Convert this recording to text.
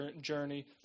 journey